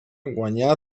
guanyà